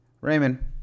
Raymond